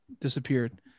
disappeared